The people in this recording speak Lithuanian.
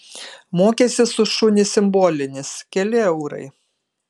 mokestis už šunį simbolinis keli eurai